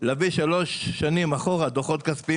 אני חושב שצריך להביא שלוש אחורה דוחות כספיים